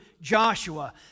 Joshua